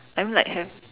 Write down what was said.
I mean like have